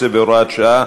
15 והוראת שעה),